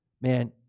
Man